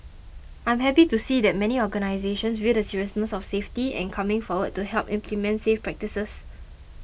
I am happy to see that many organisations view the seriousness of safety and coming forward to help implement safe practices